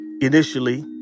initially